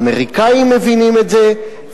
האמריקנים מבינים את זה,